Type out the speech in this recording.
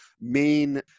main